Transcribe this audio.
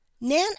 nan